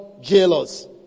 jealous